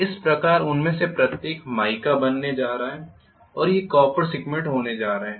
इस प्रकार इनमें से प्रत्येक माइका बनने जा रहा है और ये कॉपर सेगमेंट्स होने जा रहे हैं